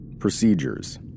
Procedures